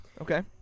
Okay